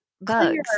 bugs